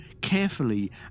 carefully